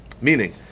Meaning